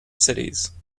cities